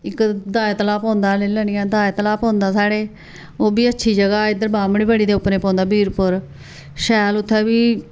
इक दाया तलाब पौंदा लेई लैनी दाया तलाब पौंदा साढ़े ओह् बी अच्छी जगह् ऐ इद्धर बामनै बड़ी उप्परें पौंदा बीरपुर शैल उ'त्थें बी